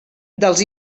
dels